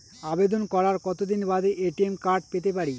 আবেদন করার কতদিন বাদে এ.টি.এম কার্ড পেতে পারি?